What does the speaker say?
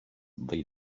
they